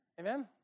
Amen